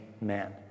man